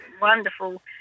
Wonderful